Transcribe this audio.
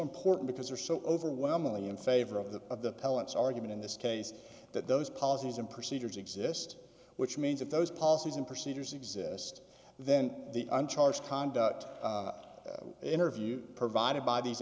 important because they are so overwhelmingly in favor of the of the pellets argument in this case that those policies and procedures exist which means that those policies d and procedures exist then the charge conduct interviews provided by these